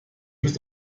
ist